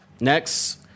Next